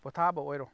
ꯄꯣꯊꯥꯕ ꯑꯣꯏꯔꯣ